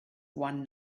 one